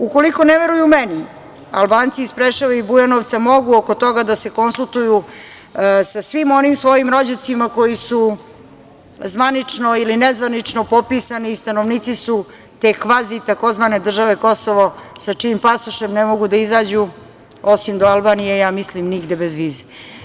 Ukoliko ne veruju meni, Albanci iz Preševa i Bujanovca mogu oko toga da se konsultuju sa svim onim svojim rođacima koji su zvanično ili nezvanično popisani i stanovnici su te kvazi takozvane države Kosovo, sa čijim pasošem ne mogu da izađu, osim do Albanije, ja mislim nigde bez vize.